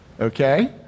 Okay